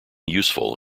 useful